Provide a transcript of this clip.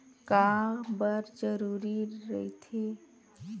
का बार जरूरी रहि थे?